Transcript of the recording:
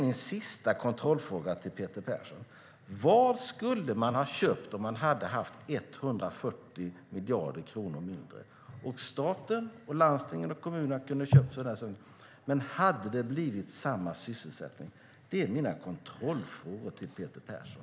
Min sista kontrollfråga till Peter Persson är därför: Vad skulle man ha köpt om man haft 140 miljarder kronor mindre? Staten, landstingen och kommunerna kunde ha köpt för den summan, men hade det blivit samma sysselsättning? Det är mina kontrollfrågor till Peter Persson.